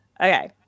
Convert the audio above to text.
Okay